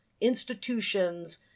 Institutions